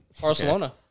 Barcelona